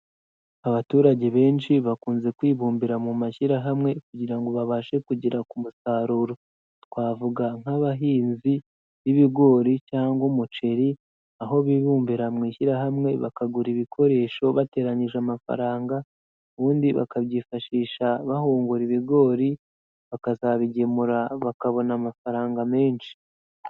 Abaturage benshi bakunze kwibumbira mu mashyirahamwe kugira ngo babashe kugera ku musaruro; twavuga nk'abahinzi b'ibigori cyangwa umuceri, aho bibumbira mu ishyirahamwe bakagura ibikoresho, bateranyije amafaranga ubundi bakabyifashisha bahungura ibigori, bakazabigemura, bakabona amafaranga menshi.